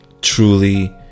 truly